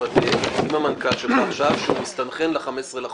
שתוודא עם המנכ"ל שלך עכשיו שהוא מסתנכרן ל-15 לחודש.